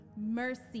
mercy